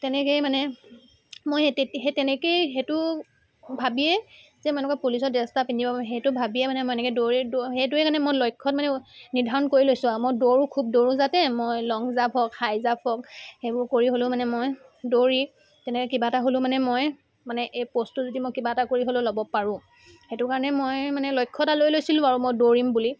তেনেকেই মানে মই সেই তেত সেই তেনেকেই সেইটো ভাবিয়েই যে মই এনেকুৱা পুলিচৰ ড্ৰেছ এটা পিন্ধিব সেইটো ভাবিয়েই মানে মই এনেকৈ দৌৰি সেইটোৱে মানে মোৰ লক্ষ্যত মানে নিৰ্ধাৰণ কৰি লৈছো আৰু মই দৌৰো খুব দৌৰো যাতে মই লং জাপ হওক হাই জাপ হওক সেইবোৰ কৰি হ'লেও মানে মই দৌৰি তেনেকৈ কিবা এটা হ'লেও মানে মই মানে এই প'ষ্টো যদি মই কিবা এটা কৰি হ'লেও ল'ব পাৰোঁ সেইটো কাৰণে মই মানে লক্ষ্য এটা লৈ লৈছিলো আৰু মই দৌৰিম বুলি